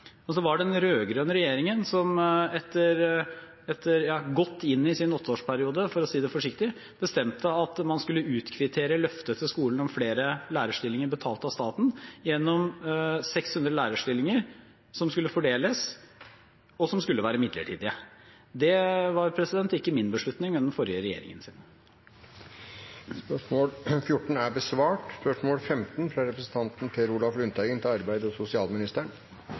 for å si det forsiktig – bestemte at man skulle kvittere ut løftet til skolen om flere lærerstillinger betalt av staten, gjennom 600 lærerstillinger som skulle fordeles, og som skulle være midlertidige. Det var ikke min beslutning, men den forrige regjeringens. Spørsmål 14 er allerede besvart. Vi går videre til spørsmål 15. «Det har vært normalt i det norske arbeidsmarkedet at folk velger å forlate arbeidsstyrken når arbeidsledigheten øker, eksempelvis ved førtidspensjonering og